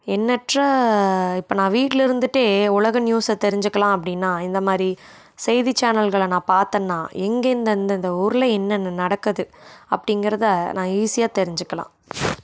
எண்ணற்ற இப்போ நான் வீட்டில இருந்துகிட்டே உலக நியூஸை தெரிஞ்சிக்கிலாம் அப்படின்னா இந்த மாதிரி செய்தி சேனல்களை நான் பார்த்தன்னா எங்கெந்தெந்தந்த ஊரில் என்னென்ன நடக்குது அப்படிங்கிறத நான் ஈஸியாக தெரிஞ்சிக்கிலாம்